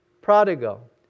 prodigal